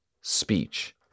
speech